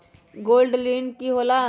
Gold ऋण की होला?